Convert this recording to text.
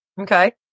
Okay